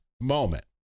moment